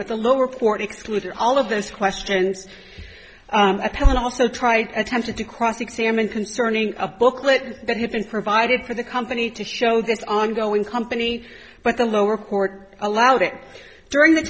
but the lower court excluded all of those questions appellant also tried attempted to cross examine concerning a booklet that had been provided for the company to show this ongoing company but the lower court allowed it during the